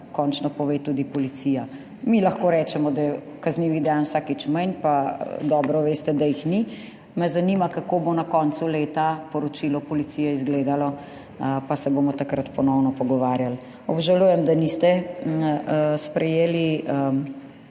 končno pove tudi policija. Mi lahko rečemo, da je kaznivih dejanj vsakič manj, pa dobro veste, da jih ni. Me zanima, kako bo na koncu leta poročilo policije izgledalo, pa se bomo takrat ponovno pogovarjali. Obžalujem, da niste sprejeli